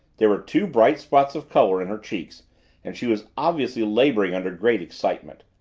there were two bright spots of color in her cheeks and she was obviously laboring under great excitement.